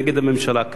נגד הממשלה,